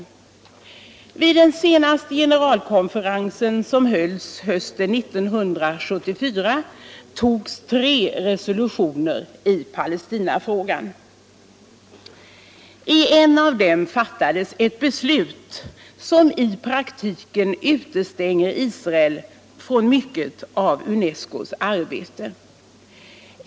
Vid den senaste generalkonferensen, som hölls hösten 1974, antogs tre resolutioner i Palestinafrågan. I en av dem fattades ett beslut som i praktiken utestänger Israel från mycket av UNESCO:s arbete.